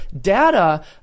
data